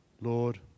Lord